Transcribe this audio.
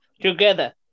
together